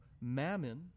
mammon